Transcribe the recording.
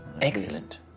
Excellent